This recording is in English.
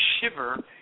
shiver